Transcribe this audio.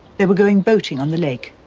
they were going boating on the lake.